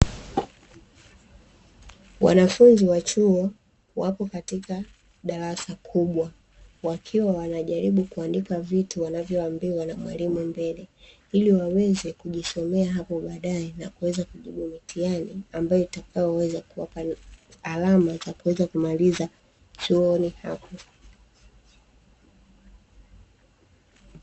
Wanafunzi wa chuo wapo katika darasa kubwa, wakiwa wanajaribu kuandika vitu wanavyoambiwa na mwalimu mbele, ili waweze kujisomea hapo baadae na kuweza kujibu mitihani ambayo itayoweza kuwapa alama za kuweza kumaliza chuoni hapo.